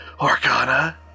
Arcana